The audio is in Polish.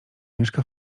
mieszka